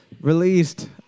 released